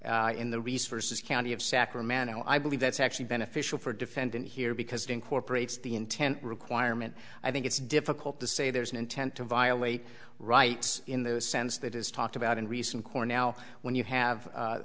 decision in the resources county of sacramento i believe that's actually beneficial for defendant here because it incorporates the intent requirement i think it's difficult to say there's an intent to violate rights in the sense that is talked about in recent court now when you have a